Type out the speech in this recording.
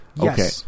Okay